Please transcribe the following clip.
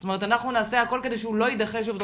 זאת אומרת אנחנו נעשה הכול כדי שהוא לא יידחה שוב.